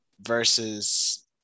versus